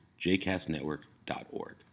jcastnetwork.org